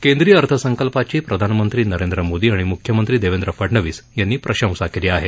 केंद्रीय अर्थसंकल्पाची प्रधानमंत्री नरेंद्र मोदी आणि मुख्यमंत्री देवेंद्र फडनवीस यांनी प्रशंसा केली आहे